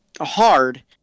hard